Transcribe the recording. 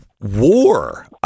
war